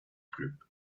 group